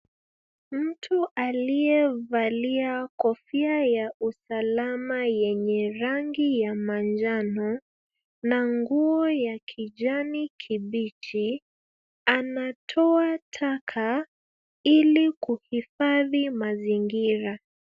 Mtu aliyevalia kofia ya usalama yenye rangi ya manjano, na nguo ya kijani kibichi, anatoa taka ili kuhifadhi mazingira.